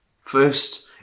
First